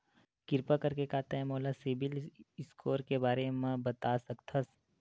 किरपा करके का तै मोला सीबिल स्कोर के बारे माँ बता सकथस?